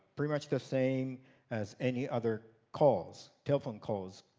pretty much the same as any other calls, telephone calls